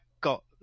got